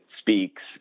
speaks